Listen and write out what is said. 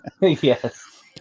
Yes